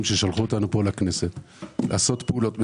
ששלחו אותנו לכנסת לעשות פעולות מסוימות,